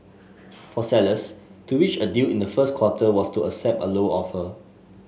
for sellers to reach a deal in the first quarter was to accept a lower offer